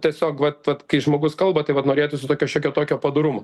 tiesiog vat vat kai žmogus kalba tai vat norėtųsi tokio šiokio tokio padorumo